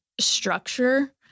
structure